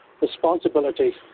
responsibility